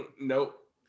Nope